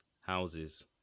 houses